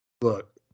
look